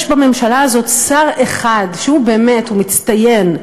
יש בממשלה הזאת שר אחד שהוא באמת מצטיין,